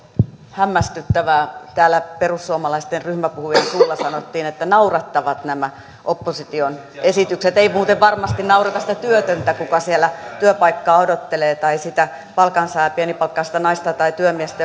hämmästyttävää täällä perussuomalaisten ryhmäpuhujan suulla sanottiin että naurattavat nämä opposition esitykset eivät muuten varmasti naurata sitä työtöntä joka työpaikkaa odottelee tai sitä palkansaajaa pienipalkkaista naista tai työmiestä